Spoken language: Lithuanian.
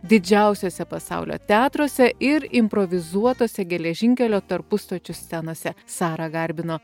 didžiausiose pasaulio teatruose ir improvizuotose geležinkelio tarpustočių scenose sarą garbino